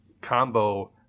combo